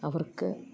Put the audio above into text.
അവർക്ക്